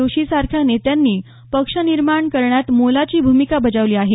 जोशी सारख्या नेत्यांनी पक्ष निर्माण करण्यात मोलाची भूमिका बजावली आहे